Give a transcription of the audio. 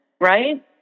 right